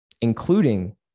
including